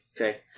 Okay